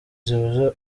zihuza